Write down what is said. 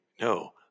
no